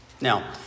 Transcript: Now